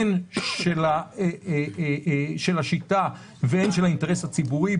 הן של השיטה והן של האינטרס הציבורי,